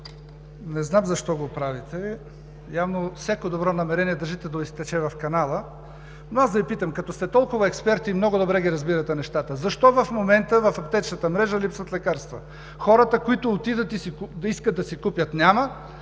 Не знам защо го правите. Явно всяко добро намерение държите да изтече в канала. Но аз да Ви питам: като сте толкова експерти и много добре ги разбирате нещата, защо в момента в аптечната мрежа липсват лекарства? Хората, които отиват и искат да си купят – няма.